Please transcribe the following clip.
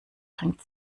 bringt